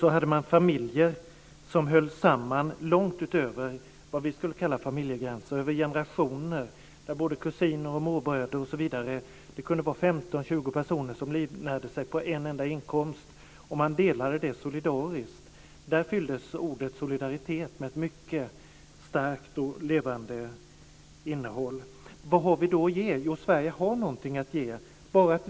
Man hade familjer som höll samman långt utöver vad vi skulle kalla familjegränser. Det var generationer där både kusiner och morbröder, det kunde vara 15-20 personer, livnärde sig på en enda inkomst. Man delade solidariskt. Där fylldes ordet solidaritet med ett mycket starkt och levande innehåll. Vad har vi då att ge? Jo, Sverige har någonting att ge.